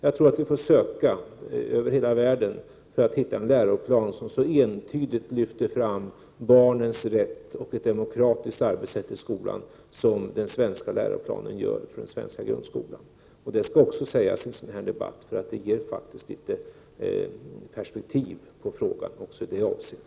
Vi får nog söka över hela världen för att hitta en läroplan som så entydigt lyfter fram barnens rätt och ett demokratiskt arbetssätt i skolan som läroplanen för den svenska grundskolan gör. Det skall också sägas i en sådan här debatt, för det ger faktiskt perspektiv åt frågan också i det avseendet.